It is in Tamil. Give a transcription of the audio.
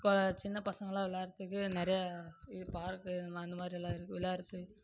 கொ சின்னப் பசங்கள்லாம் விளாடுறதுக்கு நிறையா இ பார்க்கு இந்த அந்தமாதிரியெல்லாம் இருக்குது விளாடுறதுக்கு